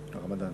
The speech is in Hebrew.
הרמדאן.